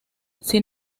sin